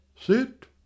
sit